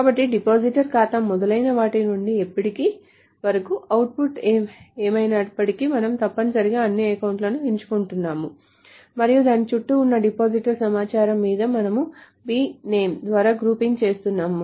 కాబట్టి డిపాజిటర్ ఖాతా మొదలైన వాటి నుండి ఇప్పటి వరకు అవుట్పుట్ ఏమైనప్పటికీ మనము తప్పనిసరిగా అన్ని అకౌంట్ లను ఎంచుకుంటున్నాము మరియు దాని చుట్టూ ఉన్న డిపాజిటర్ సమాచారం మీద మనము bname ద్వారా గ్రూపింగ్ చేస్తున్నాము